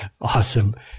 Awesome